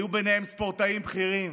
היו ביניהם ספורטאים בכירים,